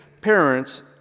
parents